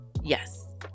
Yes